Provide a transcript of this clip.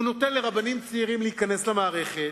הוא נותן לרבנים צעירים להיכנס למערכת,